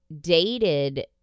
dated